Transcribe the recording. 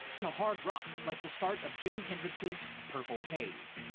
to hard rock like the start of jimi hendrix's purple haze.